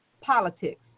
Politics